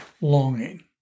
longing